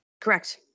Correct